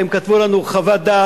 והם כתבו לנו חוות-דעת,